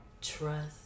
trust